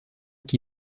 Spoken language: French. qui